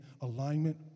alignment